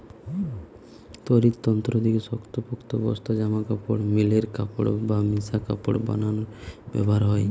তৈরির তন্তু দিকি শক্তপোক্ত বস্তা, জামাকাপড়, মিলের কাপড় বা মিশা কাপড় বানানা রে ব্যবহার হয়